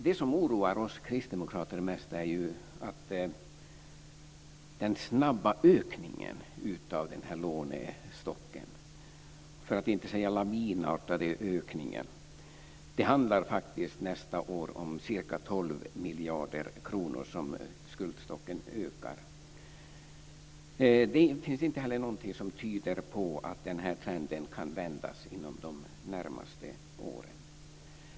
Det som oroar oss kristdemokrater mest är ju den snabba, för att inte säga lavinartade, ökningen av den här lånestocken. Nästa år ökar faktiskt skuldstocken med ca 12 miljarder kronor. Det finns inte heller någonting som tyder på att den här trenden kan vändas inom de närmaste åren.